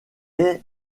est